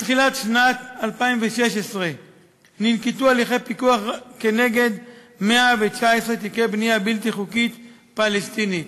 מתחילת 2016 ננקטו הליכי פיקוח נגד 119 תיקי בנייה בלתי חוקית פלסטינית,